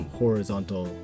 horizontal